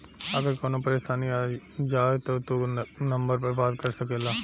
अगर कवनो परेशानी आ जाव त तू ई नम्बर पर बात कर सकेल